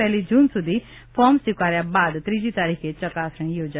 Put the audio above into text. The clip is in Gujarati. પહેલી જૂન સુધી ફોર્મ સ્વીકારાયા બાદ ત્રીજી તારીખે ચકાસણી યોજાશે